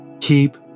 Keep